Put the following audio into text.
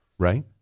Right